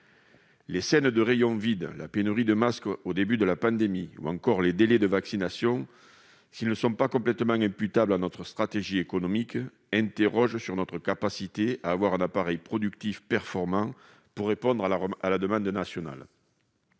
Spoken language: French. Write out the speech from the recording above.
Les scènes de rayons vides, la pénurie de masques au début de la pandémie ou encore les délais de vaccination, s'ils ne sont pas complètement imputables à notre stratégie économique, interrogent sur notre capacité à avoir un appareil productif performant pour répondre à la demande nationale.